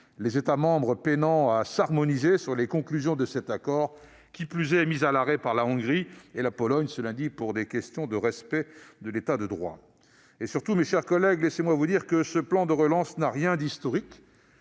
les États membres peinant à s'harmoniser sur les conclusions de cet accord, de surcroît mis à l'arrêt par la Hongrie et la Pologne ce lundi pour des questions de respect de l'État de droit. Mais surtout, mes chers collègues, laissez-moi vous dire que ce plan de relance n'a rien d'historique.